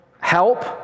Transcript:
help